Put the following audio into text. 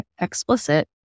explicit